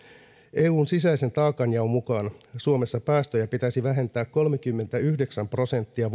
eun sisäisen taakanjaon mukaan suomessa päästöjä pitäisi vähentää kolmekymmentäyhdeksän prosenttia